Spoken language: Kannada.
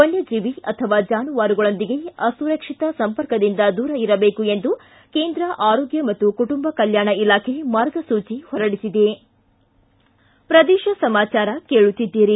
ವನ್ಯಜೀವಿ ಅಥವಾ ಜಾನುವಾರುಗಳೊಂದಿಗೆ ಅಸುರಕ್ಷಿತ ಸಂಪರ್ಕದಿಂದ ದೂರ ಇರಬೇಕು ಎಂದು ಕೇಂದ್ರ ಆರೋಗ್ಯ ಮತ್ತು ಕುಟುಂಬ ಕಲ್ಕಾಣ ಇಲಾಖೆ ಮಾರ್ಗಸೂಚಿ ಹೊರಡಿಸಿದೆ ಪ್ರದೇಶ ಸಮಾಚಾರ ಕೇಳುತ್ತೀದ್ದಿರಿ